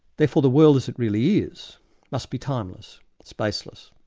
therefore the world as it really is must be timeless, spaceless,